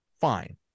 Fine